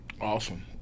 awesome